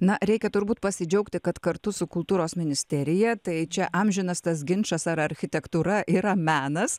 na reikia turbūt pasidžiaugti kad kartu su kultūros ministerija tai čia amžinas tas ginčas ar architektūra yra menas